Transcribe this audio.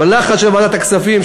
בלחץ של ועדת הכספים,